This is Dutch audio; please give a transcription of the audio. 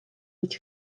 niet